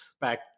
back